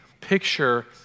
picture